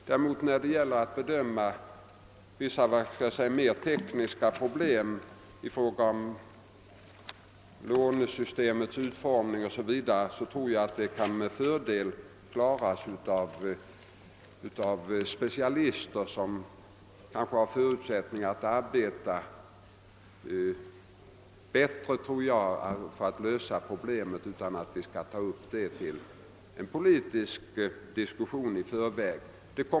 När det blir fråga om att bedöma vissa mera tekniska problem beträffande lånesystemets utformning 0. s. v., bör saken med fördel kunna klaras av specialister, som nog har förutsättningar att arbeta bättre för att lösa dylika problem, och man bör inte ta upp sådana frågor till poli tisk diskussion i förväg.